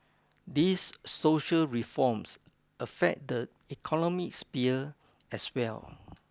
these social reforms affect the economic sphere as well